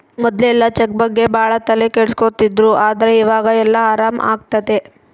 ಮೊದ್ಲೆಲ್ಲ ಚೆಕ್ ಬಗ್ಗೆ ಭಾಳ ತಲೆ ಕೆಡ್ಸ್ಕೊತಿದ್ರು ಆದ್ರೆ ಈವಾಗ ಎಲ್ಲ ಆರಾಮ್ ಆಗ್ತದೆ